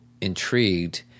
intrigued